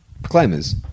proclaimers